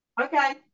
Okay